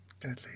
deadly